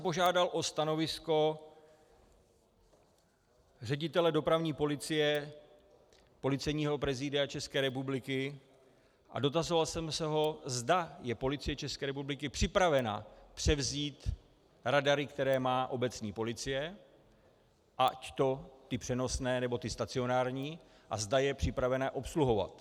Požádal jsem o stanovisko ředitele dopravní policie Policejního prezidia České republiky a dotazoval jsem se ho, zda je Policie České republiky připravena převzít radary, které má obecní policie, ať ty přenosné, nebo ty stacionární, a zda je připravena je obsluhovat.